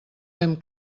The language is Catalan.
fem